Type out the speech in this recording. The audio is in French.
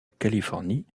californie